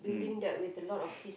um